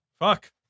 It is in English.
fuck